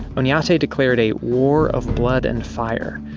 um yeah declared a war of blood and fire.